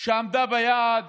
עמדה ביעד